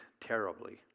terribly